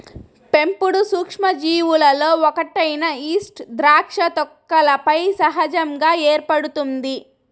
పెంపుడు సూక్ష్మజీవులలో ఒకటైన ఈస్ట్ ద్రాక్ష తొక్కలపై సహజంగా ఏర్పడుతుంది